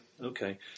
Okay